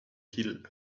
hill